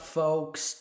folks